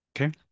Okay